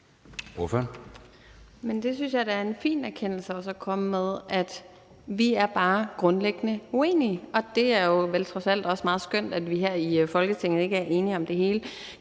det synes jeg da også er en fin erkendelse at komme til – at vi grundlæggende bare er uenige. Det er vel trods alt også meget skønt, at vi her i Folketinget ikke er enige om det hele.